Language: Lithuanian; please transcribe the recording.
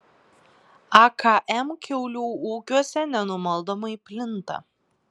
akm kiaulių ūkiuose nenumaldomai plinta